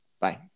Bye